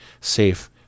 safe